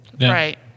Right